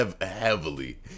heavily